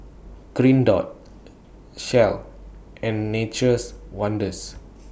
Green Dot Shell and Nature's Wonders